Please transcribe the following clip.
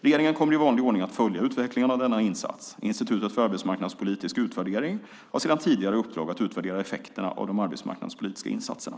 Regeringen kommer i vanlig ordning att följa utvecklingen av denna insats. Institutet för arbetsmarknadspolitisk utvärdering har sedan tidigare i uppdrag att utvärdera effekterna av de arbetsmarknadspolitiska insatserna.